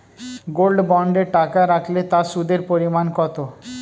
Gold বন্ডে টাকা রাখলে তা সুদের পরিমাণ কত?